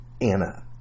Anna